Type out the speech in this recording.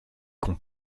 qu’on